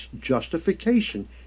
justification